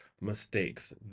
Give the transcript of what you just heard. mistakes